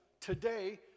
Today